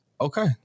okay